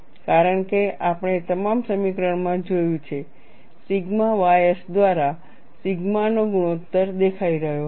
કારણ કે આપણે તમામ સમીકરણોમાં જોયું છે સિગ્મા ys દ્વારા સિગ્મા નો ગુણોત્તર દેખાઈ રહ્યો હતો